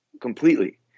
completely